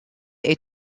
est